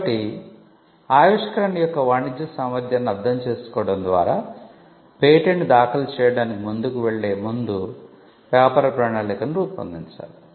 కాబట్టి ఆవిష్కరణ యొక్క వాణిజ్య సామర్థ్యాన్ని అర్థం చేసుకోవడం ద్వారా పేటెంట్ దాఖలు చేయడానికి ముందుకు వెళ్ళే ముందు వ్యాపార ప్రణాళికను రూపొందించాలి